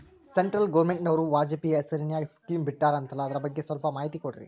Central ಗವರ್ನಮೆಂಟನವರು ವಾಜಪೇಯಿ ಹೇಸಿರಿನಾಗ್ಯಾ scheme ಬಿಟ್ಟಾರಂತಲ್ಲ ಅದರ ಬಗ್ಗೆ ಸ್ವಲ್ಪ ಮಾಹಿತಿ ಕೊಡ್ರಿ?